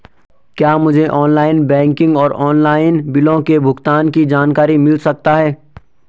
क्या मुझे online banking और ऑनलाइन बिलों के भुगतान की जानकारी मिल सकता है?